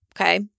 Okay